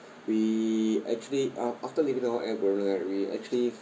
we actually uh after leaving the hot air balloon right we actually